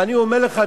ואני אומר לך,